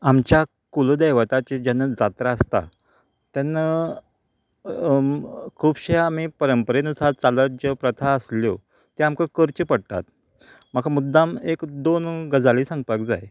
आमच्या कुलदैवताची जेन्ना जात्रा आसता तेन्ना खुबश्या आमी परंपरेनुसार चालत ज्यो प्रथा आसल्यो त्या आमकां करचें पडटात म्हाका मुद्दाम एक दोन गजाली सांगपाक जाय